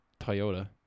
Toyota